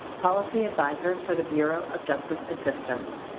policy advisor for the bureau of justice assistance.